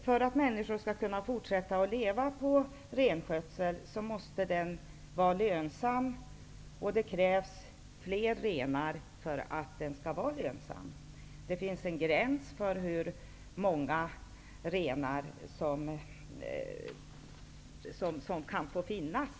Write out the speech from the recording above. För att människor skall kunna fortsätta att livnära sig på renskötsel måste den vara lönsam. Det krävs fler renar för att den skall bli lönsam. Det finns en gräns för hur många renar som får finnas.